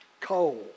coal